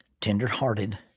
tenderhearted